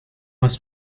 was